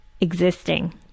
existing